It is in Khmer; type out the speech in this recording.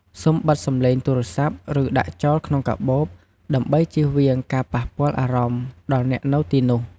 សូមបិទសំឡេងទូរស័ព្ទ ឬដាក់ចោលក្នុងកាបូប ដើម្បីជៀសវាងការប៉ះពាល់់អារម្មណ៍ដល់អ្នកនៅទីនោះ។